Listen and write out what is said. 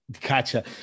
Gotcha